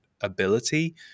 ability